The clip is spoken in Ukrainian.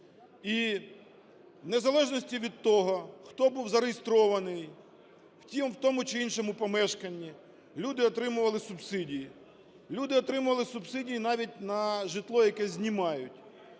І в незалежності від того, хто був зареєстрований у тому чи іншому помешканні, люди отримували субсидії. Люди отримували субсидії навіть на житло, яке знімають.